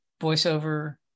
voiceover